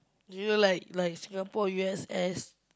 you know like like Singapore U_S_S